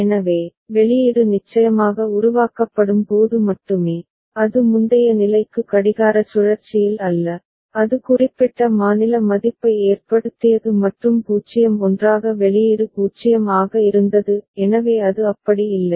எனவே வெளியீடு நிச்சயமாக உருவாக்கப்படும் போது மட்டுமே அது முந்தைய நிலைக்கு கடிகார சுழற்சியில் அல்ல அது குறிப்பிட்ட மாநில மதிப்பை ஏற்படுத்தியது மற்றும் 0 ஒன்றாக வெளியீடு 0 ஆக இருந்தது எனவே அது அப்படி இல்லை